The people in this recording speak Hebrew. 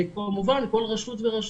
וכמובן כל רשות ורשות,